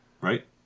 right